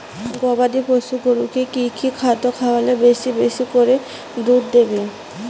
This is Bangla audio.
গবাদি পশু গরুকে কী কী খাদ্য খাওয়ালে বেশী বেশী করে দুধ দিবে?